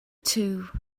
too